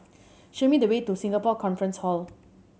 show me the way to Singapore Conference Hall